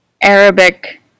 Arabic